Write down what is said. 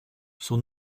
son